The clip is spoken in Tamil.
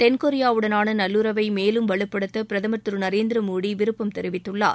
தென்கொரியாவுடனான நல்லுறவை மேலும் வலுப்படுத்த பிரதமர் திரு நரேந்திரமோடி விருப்பம் தெரிவித்துள்ளார்